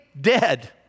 dead